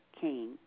King